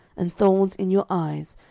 and thorns in your eyes,